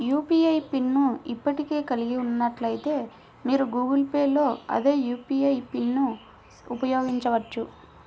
UPI pin ను ఇప్పటికే కలిగి ఉన్నట్లయితే, మీరు గూగుల్ పే లో అదే యూ.పీ.ఐ పిన్ను ఉపయోగించవచ్చు